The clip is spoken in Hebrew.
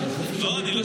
לבקר.